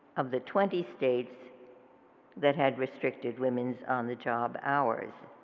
of the twenty states that had restricted women's on the job hours